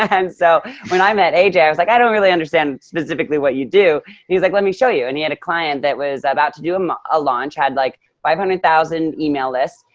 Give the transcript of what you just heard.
and so when i met aj, i was like, i don't really understand specifically what you do. and he's like, let me show you. and he had a client that was about to do um a launch, had like five hundred thousand email lists.